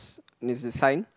is the sign